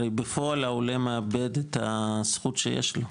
הרי בפועל העולה מאבד את האפשרות שיש לו,